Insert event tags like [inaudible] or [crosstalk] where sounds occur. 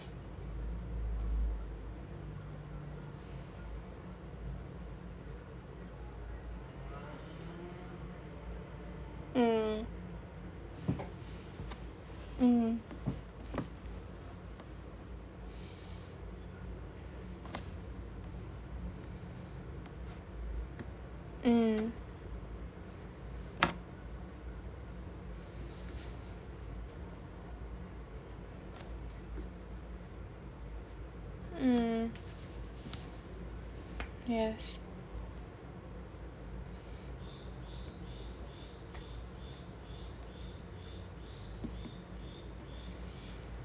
mm mm [breath] mm [breath] mm yes